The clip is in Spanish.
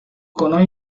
conos